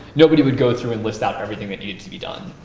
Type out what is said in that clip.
nobody would go through and list out everything that needed to be done.